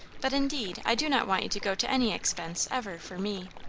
but indeed i do not want you to go to any expense, ever, for me.